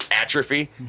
atrophy